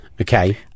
okay